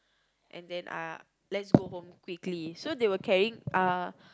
and then ah let's go home quickly so they were carrying ah